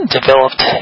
developed